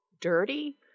dirty